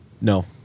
No